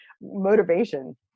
motivation